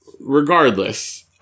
regardless